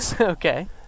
Okay